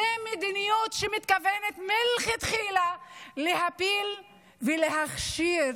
זאת מדיניות שמתכוונת מלכתחילה להפיל ולהכשיל